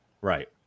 Right